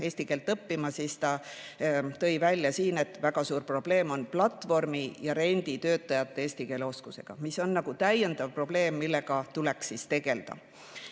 eesti keelt õppima. Ta tõi välja, et väga suur probleem on platvormi‑ ja renditöötajate eesti keele oskusega, mis on täiendav probleem, millega tuleks tegeleda.